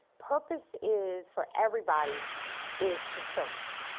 purpose is for everybody is to serve.